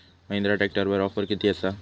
महिंद्रा ट्रॅकटरवर ऑफर किती आसा?